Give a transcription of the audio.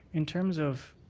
in terms of,